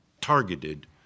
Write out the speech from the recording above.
targeted